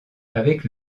avec